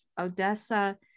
Odessa